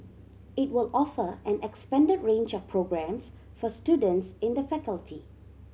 it will offer an expanded range of programmes for students in the faculty